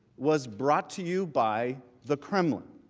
was brought to you by the kremlin.